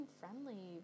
friendly